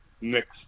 next